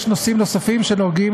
יש נושאים נוספים שנוגעים,